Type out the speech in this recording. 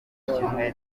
kimwe